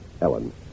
Ellen